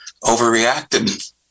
overreacted